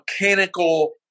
mechanical